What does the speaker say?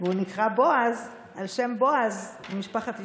והוא נקרא בועז על שם בועז ממשפחת ישי.